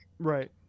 Right